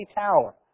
tower